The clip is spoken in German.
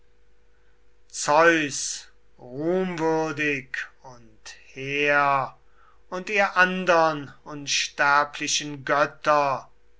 zeus ruhmwürdig und hehr und ihr andern unsterblichen götter